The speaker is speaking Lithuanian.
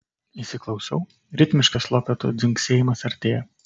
įsiklausau ritmiškas lopetų dzingsėjimas artėja